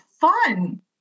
fun